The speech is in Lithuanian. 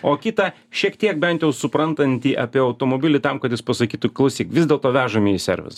o kitą šiek tiek bent jau suprantantį apie automobilį tam kad jis pasakytų klausyk vis dėlto vežam jį į servisą